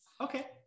Okay